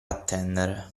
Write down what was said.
attendere